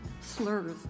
slurs